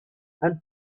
and